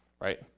right